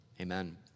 Amen